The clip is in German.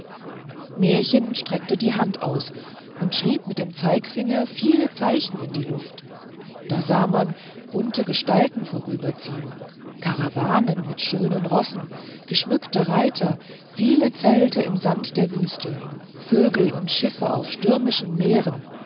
märchen streckte die hand aus und beschrieb mit dem zeigfinger viele zeichen in die luft da sah man bunte gestalten vorüberziehen karawanen mit schönen rossen geschmückte reiter viele zelte im sand der wüste vögel und schiffe auf stürmischen meeren